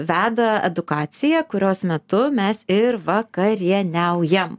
veda edukaciją kurios metu mes ir vakarieniaujam